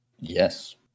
Yes